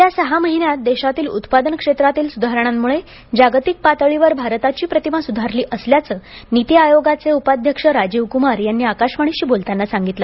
गेल्या सहा महिन्यात देशातील उत्पादन क्षेत्रातील सुधारणांमुळे जागतिक पातळीवर भारताची प्रतिमा सुधारली असल्याचं नीती आयोगाचे उपाध्यक्ष राजीव कुमार यांनी आकाशवाणीशी बोलताना सांगितलं